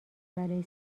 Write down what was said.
بلایی